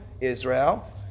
Israel